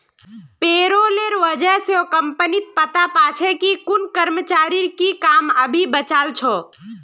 पेरोलेर वजह स कम्पनी पता पा छे कि कुन कर्मचारीर की काम अभी बचाल छ